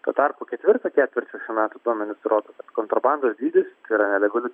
tuo tarpu ketvirto ketvirčio šių metų duomenys rodo kad kontrabandos dydis yra nelegalių